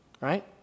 right